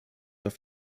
auf